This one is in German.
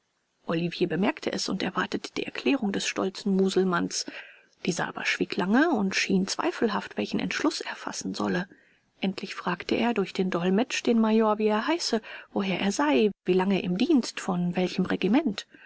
olivier bemerkte es und erwartete die erklärung des stolzen muselmannes dieser aber schwieg lange und schien zweifelhaft welchen entschluß er fassen solle endlich fragte er durch den dolmetsch den major wie er heiße woher er sei wie lange im dienst von welchem regiment